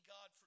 God